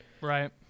Right